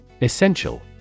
Essential